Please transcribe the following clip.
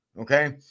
Okay